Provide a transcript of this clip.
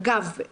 אגב,